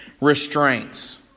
restraints